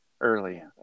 Early